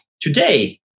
today